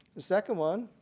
the second one,